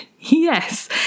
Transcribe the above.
Yes